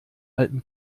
alten